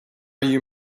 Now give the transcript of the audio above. you